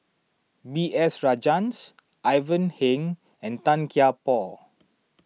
B S Rajhans Ivan Heng and Tan Kian Por